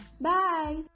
Bye